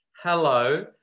hello